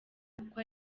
kuko